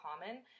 common